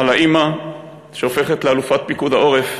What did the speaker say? על האימא, שהופכת לאלופת פיקוד העורף.